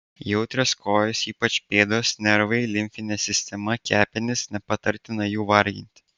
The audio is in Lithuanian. jautrios kojos ypač pėdos nervai limfinė sistema kepenys nepatartina jų varginti